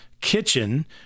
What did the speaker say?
kitchen